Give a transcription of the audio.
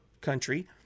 country